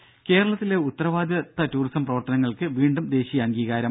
രും കേരളത്തിലെ ഉത്തരവാദിത്ത ടൂറിസം പ്രവർത്തനങ്ങൾക്ക് വീണ്ടും ദേശീയ അംഗീകാരം